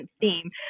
theme